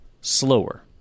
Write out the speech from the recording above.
slower